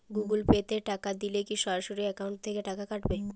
Google Pay তে টাকা দিলে কি সরাসরি অ্যাকাউন্ট থেকে টাকা কাটাবে?